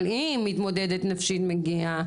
אבל אם מתמודדת נפשית מגיעה